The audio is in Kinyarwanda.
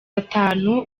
atanu